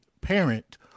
parent